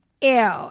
ew